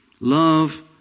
Love